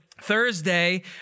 Thursday